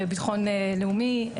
ביטחון לאומי.